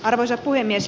arvoisa puhemies